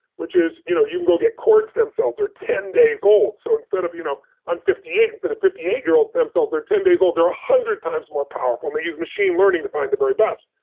which is, you know you can go get cord stem cells, they're ten days old so instead of, you know i'm fifty eight, instead of fifty eight year old stem cells, they're ten days old. they're one ah hundred times more powerful, and they use machine learning to find the very best.